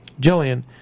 Jillian